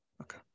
okay